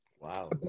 Wow